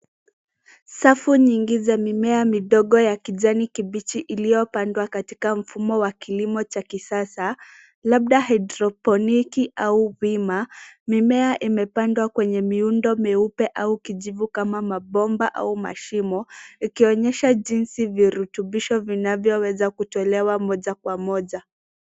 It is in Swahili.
Safu mingi ya mimea midogo ya kijani kibichi iliyopandwa katika mfumo wa kilimo cha kisasa, labda hydroponiki au bima. Mimea imepandwa kwenye miundo meupe au kijivu kama mabomba au mashimo ikionyesha jinsi virutubisho vinavyoweza kutolewa moja kwa moja.